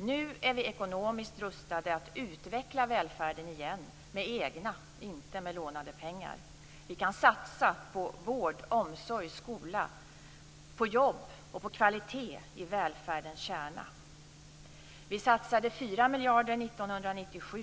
Nu är vi ekonomiskt rustade att utveckla välfärden igen med egna och inte med lånade pengar. Vi kan satsa på vård, omsorg, skola, jobb och kvalitet i välfärdens kärna. Vi satsade 4 miljarder år 1997.